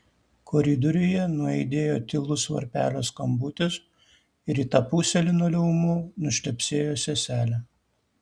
koridoriuje nuaidėjo tylus varpelio skambutis ir į tą pusę linoleumu nušlepsėjo seselė